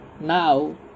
now